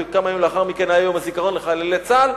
כי כמה ימים לאחר מכן היה יום הזיכרון לחללי צה"ל.